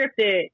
scripted